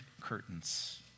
curtains